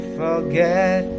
forget